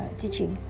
teaching